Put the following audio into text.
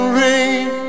rain